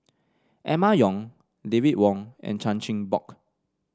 Emma Yong David Wong and Chan Chin Bock